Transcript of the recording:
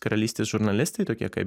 karalystės žurnalistai tokie kaip